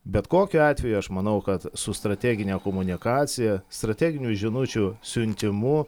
bet kokiu atveju aš manau kad su strategine komunikacija strateginių žinučių siuntimu